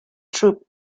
troop